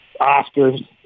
Oscars